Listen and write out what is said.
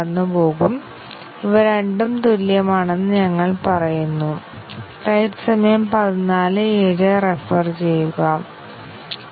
അതുപോലെ തന്നെ സ്റ്റേറ്റ്മെന്റ് 8 ൽ നമുക്ക് വീണ്ടും വേരിയബിൾ aയുടെ ഉപയോഗങ്ങളുണ്ട്